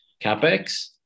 capex